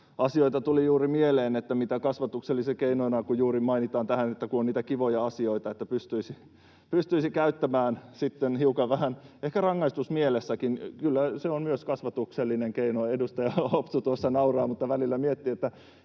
asioita, mitä kasvatuksellisina keinoina — kun juuri mainittiin, että kun on niitä kivoja asioita — pystyisi käyttämään sitten hiukan ehkä rangaistusmielessäkin. Kyllä, se on myös kasvatuksellinen keino. Edustaja Hopsu tuossa nauraa, mutta välillä miettii, että